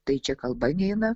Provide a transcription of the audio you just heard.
tai čia kalba neina